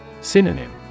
Synonym